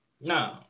No